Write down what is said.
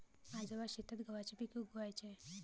आजोबा शेतात गव्हाचे पीक उगवयाचे